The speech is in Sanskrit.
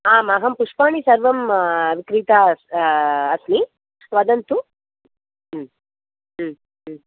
आम् अहं पुष्पाणि सर्वं विक्रीता अस्मि वदन्तु